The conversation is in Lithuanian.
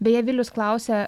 beje vilius klausia